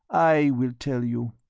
i will tell you.